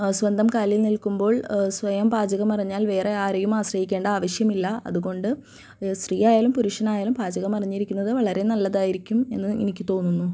സ്വന്തം കാലിൽ നിൽക്കുമ്പോൾ സ്വയം പാചകമറിഞ്ഞാൽ വേറെ ആരെയും ആശ്രയിക്കേണ്ട ആവശ്യമില്ല അതുകൊണ്ട് സ്ത്രീയായാലും പുരുഷനായാലും പാചകമറിഞ്ഞിരിക്കുന്നത് വളരെ നല്ലതായിരിക്കും എന്ന് എനിക്ക് തോന്നുന്നു